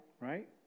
right